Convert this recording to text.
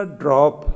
drop